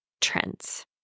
trends